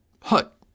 hut